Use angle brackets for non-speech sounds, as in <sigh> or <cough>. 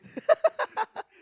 <laughs>